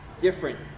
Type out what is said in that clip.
different